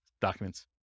documents